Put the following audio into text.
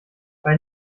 bei